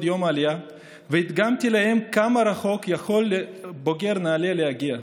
יום העלייה והדגמתי להם כמה רחוק יכול בוגר נעל"ה להגיע.